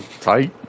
Tight